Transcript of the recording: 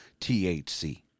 THC